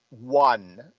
one